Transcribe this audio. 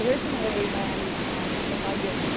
originally when the budget,